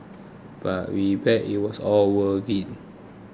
but we bet it was all worth it